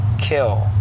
kill